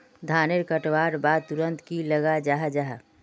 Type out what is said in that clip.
धानेर कटवार बाद तुरंत की लगा जाहा जाहा?